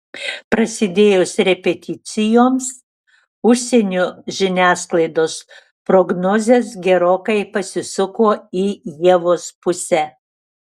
prasidėjus repeticijoms užsienio žiniasklaidos prognozės gerokai pasisuko į ievos pusę